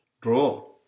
Draw